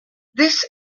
this